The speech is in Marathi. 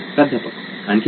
प्राध्यापक आणखी काय